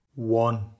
One